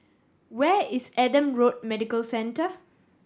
where is Adam Road Medical Centre